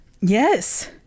Yes